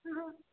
हँ